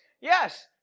Yes